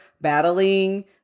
battling